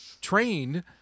trained